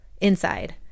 inside